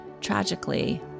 tragically